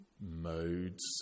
Modes